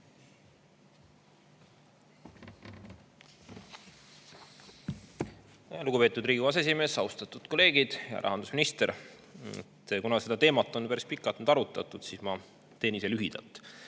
Lugupeetud Riigikogu aseesimees! Austatud kolleegid! Hea rahandusminister! Kuna seda teemat on päris pikalt arutatud, siis ma teen ise lühidalt.